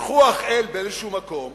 שכוח-אל באיזה מקום,